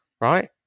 right